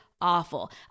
awful